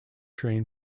train